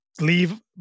leave